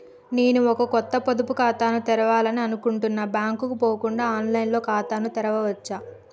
నేను ఒక కొత్త పొదుపు ఖాతాను తెరవాలని అనుకుంటున్నా బ్యాంక్ కు పోకుండా ఆన్ లైన్ లో ఖాతాను తెరవవచ్చా?